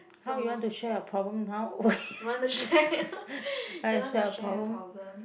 how you want to share your problem how want to share your problem